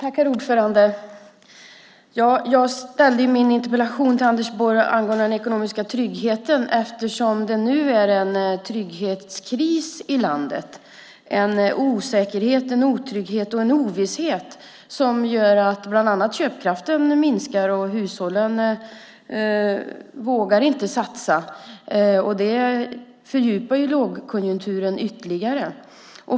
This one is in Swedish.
Herr talman! Jag ställde min interpellation till Anders Borg angående den ekonomiska tryggheten eftersom det nu råder en trygghetskris i landet. Det råder en osäkerhet, en otrygghet och en ovisshet som bland annat gör att köpkraften minskar. Hushållen vågar inte satsa, och det fördjupar lågkonjunkturen ytterligare.